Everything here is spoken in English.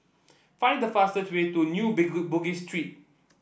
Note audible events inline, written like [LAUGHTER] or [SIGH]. find the fastest way to New [UNINTELLIGIBLE] Bugis Street